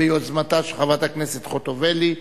ביוזמתה של חברת הכנסת חוטובלי,